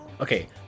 Okay